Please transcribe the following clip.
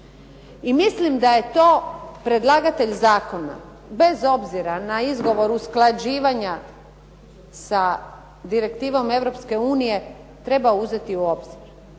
I mislim da je to predlagatelj zakona, bez obzira na izgovor usklađivanja sa direktivom Europske unije, treba uzeti u obzir.